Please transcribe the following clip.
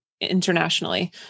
internationally